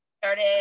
started